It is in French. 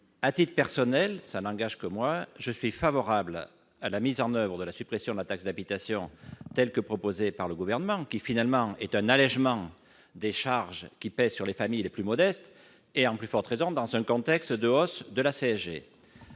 À titre personnel, je suis favorable à la mise en oeuvre de la suppression de la taxe d'habitation de la façon proposée par le Gouvernement. En effet, cela allégera les charges qui pèsent sur les familles les plus modestes, et ce à plus forte raison dans un contexte de hausse de la CSG.